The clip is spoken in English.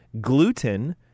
gluten